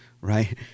right